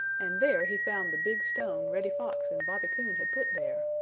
and there he found the big stone reddy fox and bobby coon had put there,